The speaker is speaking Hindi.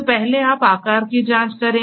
तो पहले आप आकार की जांच करें